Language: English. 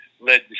led